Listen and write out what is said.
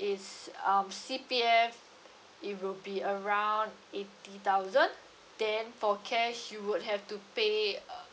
is um C_P_F it will be around eighty thousand then for cash you would have to pay uh